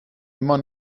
immer